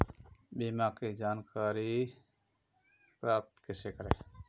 बीमा की जानकारी प्राप्त कैसे करें?